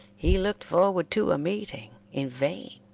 he looked forward to a meeting in vain.